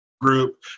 Group